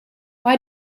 why